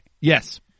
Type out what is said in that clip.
Yes